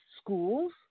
schools